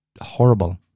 horrible